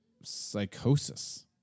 psychosis